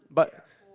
but